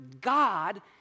God